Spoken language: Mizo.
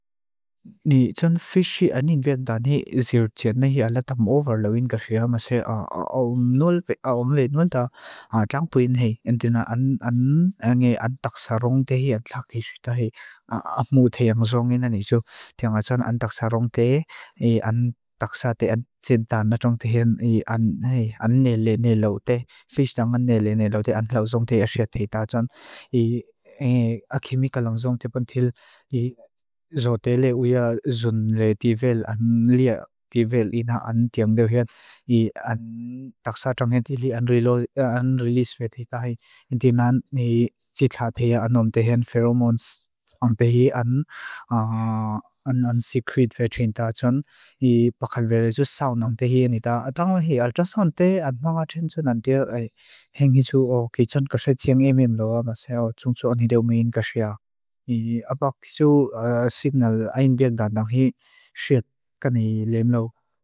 Ni txan fisi anin venda ni zir tse nehi alatam ovar lawin kaxia masé. Aumle nuenda tlampuin hei. Entuna an ange an taxa rongte hei atla kixu ta hei. Ap mu teang zongin an i txu. Tia nga txan an taxa rongte hei. An taxa te at tse nda na txongte hei. nele ne lau te. Fis dang an nele ne lau te. An lau zongte asiat hei ta txan. I akhimika lang zong te pon til. I zote le uia zun le tivel. An lia tivel ina an teang deo hea. I an taxa rongte hei. Li an rilo, an release ve te ta hei. Intima ni tsi tla te hea. An omte hean. Pheromones. Ang te hei. An, an, an secret ve tse nda txon. I pakal ve le ju sawn. Ang te hei. Ni ta. Atong hei. Al tsa sawn te. At monga tse ndzun. Ang te hei. Heeng hi tsu o. Ki tsun kaxe tsiang imim lo. Mas heo. Tsun tsu an hidew min kaxea. I. Apak hi tsu. Signal. Ain bia nda. Nang hi. Siat. Kani lem lau.